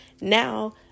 Now